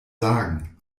sagen